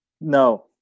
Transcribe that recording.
No